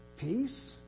peace